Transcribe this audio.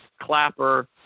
Clapper